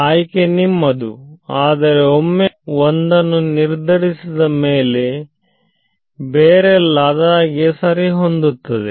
ಆಯ್ಕೆ ನಿಮ್ಮದು ಆದರೆ ಒಮ್ಮೆ ಒಂದನ್ನು ನಿರ್ಧರಿಸಿದ ಮೇಲೆ ಬೇರೆಲ್ಲ ಅದಾಗಿಯೇ ಸರಿ ಹೊಂದುತ್ತದೆ